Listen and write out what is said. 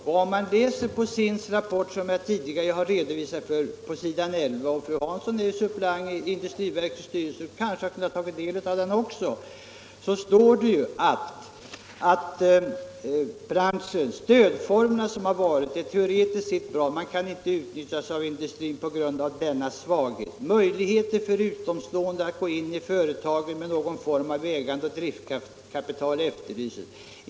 Och i SIND:s rapport, som jag tidigare redovisat — fru Hansson är ju suppleant i industriverkets styrelse och kunde kanske ha tagit del av rapporten — står det på s. 11: ”Stödformerna är teoretiskt sett bra men kan inte utnyttjas av industrin p.g.a. dennas svaghet. Möjligheter för utomstående att kunna gå in i företagen med någon form av ägande och driftskapital efterlyses.